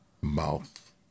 mouth